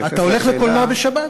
אתה הולך לקולנוע בשבת?